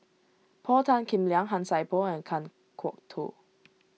Paul Tan Kim Liang Han Sai Por and Kan Kwok Toh